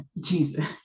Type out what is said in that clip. Jesus